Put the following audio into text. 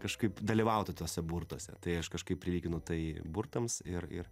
kažkaip dalyvautų tuose burtuose tai aš kažkaip prilyginu tai burtams ir ir